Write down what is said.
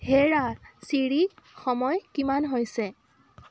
হেৰা ছিৰি সময় কিমান হৈছে